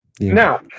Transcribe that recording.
Now